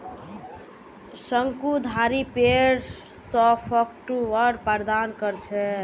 शंकुधारी पेड़ सॉफ्टवुड प्रदान कर छेक